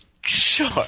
Sure